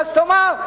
ואז תאמר: